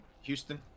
Houston